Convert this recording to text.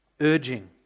urging